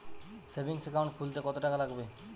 Savings account খুলতে কতটাকা লাগবে?